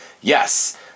Yes